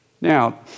Now